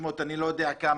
300, אני לא יודע כמה.